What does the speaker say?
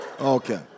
Okay